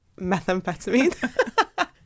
methamphetamine